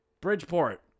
Bridgeport